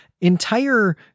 entire